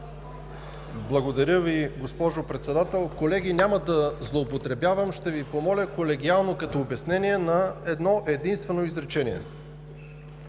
Благодаря Ви, госпожо Председател. Колеги, няма да злоупотребявам. Ще Ви помоля колегиално – като обяснение на едно-единствено изречение.